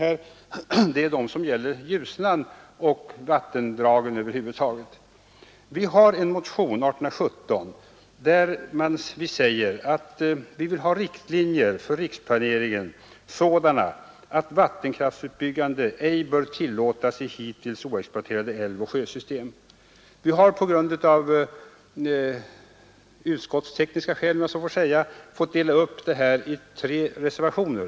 De första är de som gäller Ljusnan och vattendragen över huvud taget. I vår motion 1817 säger vi att vi vill ha sådana riktlinjer för riksplaneringen, att vattenkraftsutbyggandet ej bör tillåtas i hittills oexploaterade älvoch sjösystem. Vi har på grund av utskottstekniska skäl fått dela upp frågan i tre reservationer.